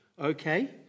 Okay